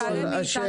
קודם כל השם,